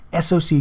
SOC